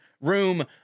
room